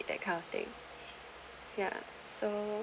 that kind of thing ya so